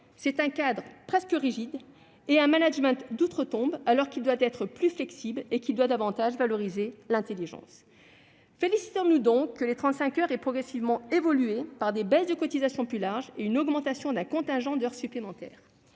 c'est un cadre rigide et un management d'outre-tombe, alors qu'il faudrait être plus flexible et valoriser davantage l'intelligence. Félicitions-nous donc que les 35 heures aient progressivement évolué des baisses de cotisations plus larges et une augmentation du contingent d'heures supplémentaires.